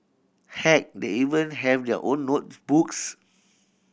heck they even have their own notebooks